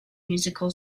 musical